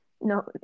No